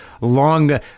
long